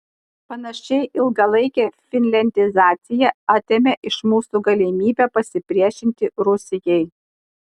panašiai ilgalaikė finliandizacija atėmė iš mūsų galimybę pasipriešinti rusijai